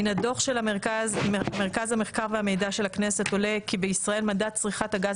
מן הדו"ח של מרכז המחקר והמידע של המשק עולה כי בישראל מדד צריכה הגז